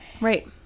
Right